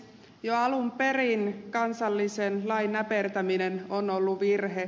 jo alun perin kansallisen lain näpertäminen on ollut virhe